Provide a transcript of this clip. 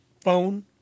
phone